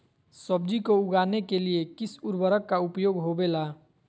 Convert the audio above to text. सब्जी को उगाने के लिए किस उर्वरक का उपयोग होबेला?